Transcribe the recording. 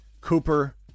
Cooper